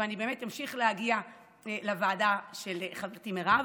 ואני באמת אמשיך להגיע לוועדה של חברתי מירב